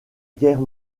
guerre